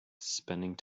spending